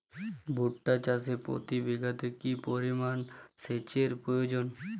ভুট্টা চাষে প্রতি বিঘাতে কি পরিমান সেচের প্রয়োজন?